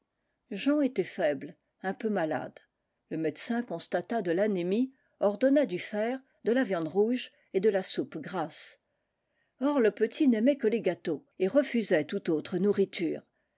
jean était faible un peu malade le médecin constata de l'anémie ordonna du fer de la viande rouge et de la soupe grasse or le petit n'aimait que les gâteaux et refusait toute autre nourriture